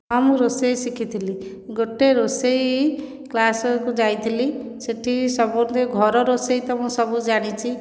ହଁ ମୁଁ ରୋଷେଇ ଶିଖିଥିଲି ଗୋଟିଏ ରୋଷେଇ କ୍ଲାସକୁ ଯାଇଥିଲି ସେଇଠି ସମସ୍ତେ ଘର ରୋଷେଇ ତ ମୁଁ ସବୁ ଜାଣିଛି